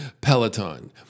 Peloton